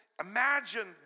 Imagine